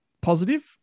positive